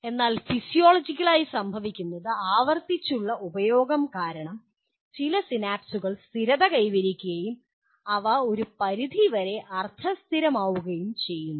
അതിനാൽ ഫിസിയോളജിക്കലായി സംഭവിക്കുന്നത് ആവർത്തിച്ചുള്ള ഉപയോഗം കാരണം ചില സിനാപ്സുകൾ സ്ഥിരത കൈവരിക്കുകയും അവ ഒരു പരിധിവരെ അർദ്ധ സ്ഥിരമാവുകയും ചെയ്യുന്നു